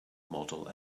model